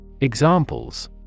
Examples